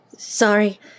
Sorry